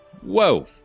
whoa